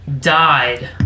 Died